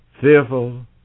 fearful